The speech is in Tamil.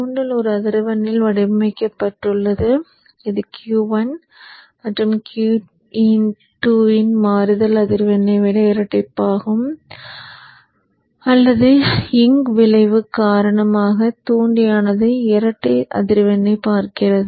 தூண்டல் ஒரு அதிர்வெண்ணில் வடிவமைக்கப்பட்டுள்ளது இது Q1 மற்றும் Q2 இன் மாறுதல் அதிர்வெண்ணை விட இரட்டிப்பாகும் அல்லது இங் விளைவு காரணமாக தூண்டியானது இரட்டை அதிர்வெண்ணைப் பார்க்கிறது